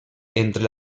entre